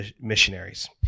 missionaries